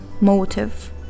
motive